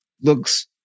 looks